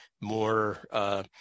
more